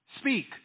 Speak